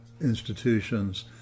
institutions